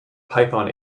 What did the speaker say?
python